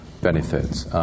benefits